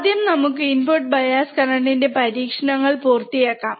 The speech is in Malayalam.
ആദ്യം നമുക്ക് ഇൻപുട് ബയാസ് കറന്റ്ന്റെ പരീക്ഷണം പൂർത്തിയാക്കാം